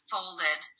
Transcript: folded